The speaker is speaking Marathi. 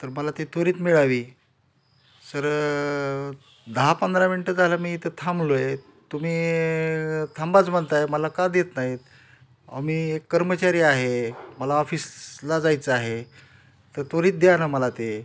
तर मला ती त्वरित मिळावी सर दहा पंधरा मिनटं झालं मी इथं थांबलो आहे तुम्ही थांबाच म्हणताय मला का देत नाहीत मी एक कर्मचारी आहे मला ऑफिसला जायचं आहे तर त्वरित द्या ना मला ते